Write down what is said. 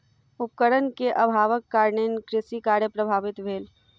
उपकरण के अभावक कारणेँ कृषि कार्य प्रभावित भेल